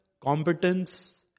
competence